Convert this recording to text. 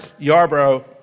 Yarbrough